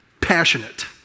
passionate